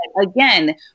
again